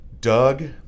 Doug